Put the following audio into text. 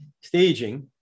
staging